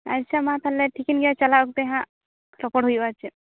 ᱟᱪᱪᱷᱟ ᱢᱟ ᱛᱟᱦᱚᱞᱮ ᱴᱷᱤᱠᱟᱱ ᱜᱮᱭᱟ ᱪᱟᱞᱟᱣ ᱠᱟᱛᱮ ᱦᱟᱜ ᱨᱚᱯᱚᱲ ᱦᱩᱭᱩᱜᱼᱟ ᱟᱨ ᱪᱮᱫ